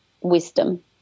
wisdom